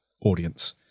audience